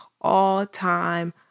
all-time